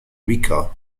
rica